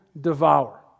devour